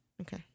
Okay